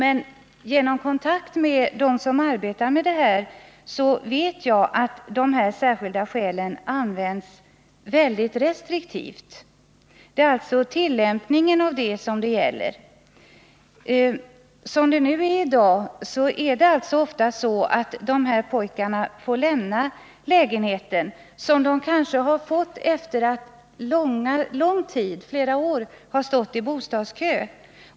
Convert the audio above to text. Efter kontakt med sådana som arbetar med den här saken vet jagatt bestämmelsen om de särskilda skälen tillämpas mycket restriktivt. Det är alltså tillämpningen som det gäller. I dag måste de här pojkarna ofta lämna lägenheten, som de kanske har fått efter att under lång tid, kanske flera år, ha stått i bostadskö.